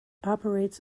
operates